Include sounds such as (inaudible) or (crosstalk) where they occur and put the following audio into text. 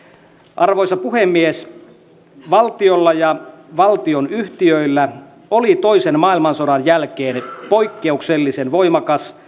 arvoisa puhemies valtiolla ja valtionyhtiöillä oli toisen maailmansodan jälkeen poikkeuksellisen voimakas (unintelligible)